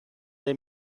der